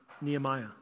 Nehemiah